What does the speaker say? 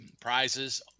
prizes